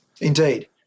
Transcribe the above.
Indeed